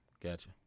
Gotcha